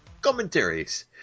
Commentaries